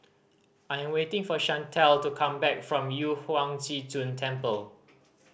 I am waiting for Chantelle to come back from Yu Huang Zhi Zun Temple